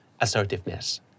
assertiveness